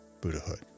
Buddhahood